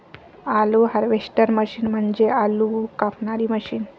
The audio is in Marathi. आलू हार्वेस्टर मशीन म्हणजे आलू कापणारी मशीन